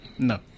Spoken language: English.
No